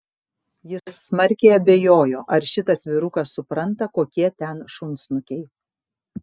jis smarkiai abejojo ar šitas vyrukas supranta kokie ten šunsnukiai